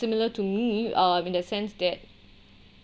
similar to me uh in the sense that